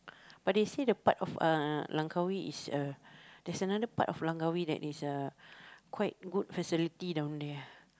but they say the part of uh Langkawi is uh there's another part of Langkawi that is uh quite good facility down there ah